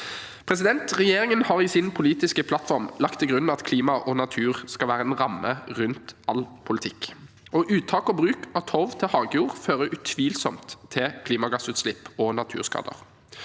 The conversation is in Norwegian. Regjeringen har i sin politiske plattform lagt til grunn at klima og natur skal være en ramme rundt all politikk, og uttak og bruk av torv til hagejord fører utvilsomt til klimagassutslipp og naturskader.